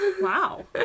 Wow